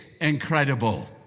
incredible